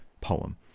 poem